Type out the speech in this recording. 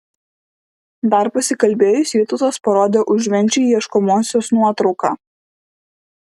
dar pasikalbėjus vytautas parodė užvenčiui ieškomosios nuotrauką